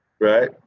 right